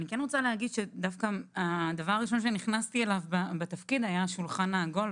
אני כן רוצה להגיד שהדבר הראשון שנכנסתי אליו בתפקיד היה השולחן העגול,